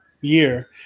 year